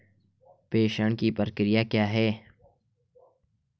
प्रेषण की प्रक्रिया क्या है?